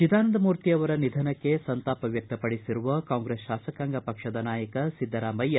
ಚಿದಾನಂದಮೂರ್ತಿ ಅವರ ನಿಧನಕ್ಕೆ ಸಂತಾಪ ವ್ಯಕ್ತಪಡಿಸಿರುವ ಕಾಂಗ್ರೆಸ್ ಶಾಸಕಾಂಗ ಪಕ್ಷದ ನಾಯಕ ಸಿದ್ದರಾಮಯ್ಯ